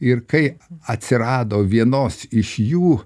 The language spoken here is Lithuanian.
ir kai atsirado vienos iš jų